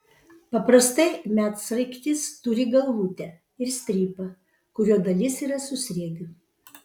paprastai medsraigtis turi galvutę ir strypą kurio dalis yra su sriegiu